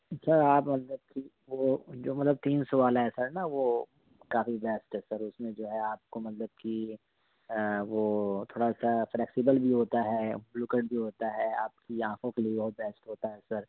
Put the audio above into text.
سر آپ مطلب کہ وہ جو مطلب تین سو والا ہے سر نا وہ کافی بیسٹ ہے سر اس میں جو ہے آپ کو مطلب کہ وہ تھوڑا سا فلیکسیبل بھی ہوتا ہے بلو کٹ بھی ہوتا ہے آپ کی آنکھوں کے لیے بہت بیسٹ ہوتا ہے سر